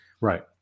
Right